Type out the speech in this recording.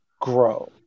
grow